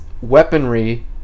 weaponry